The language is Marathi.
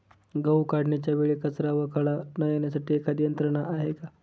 गहू काढणीच्या वेळी कचरा व खडा न येण्यासाठी एखादी यंत्रणा आहे का?